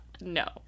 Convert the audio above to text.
no